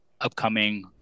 upcoming